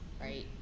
right